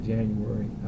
January